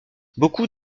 beaucoup